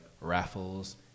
raffles